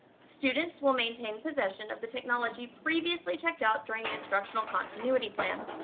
students will maintain possession of the technology previously checked out during the instructional continuity plan.